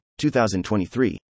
2023